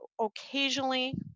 Occasionally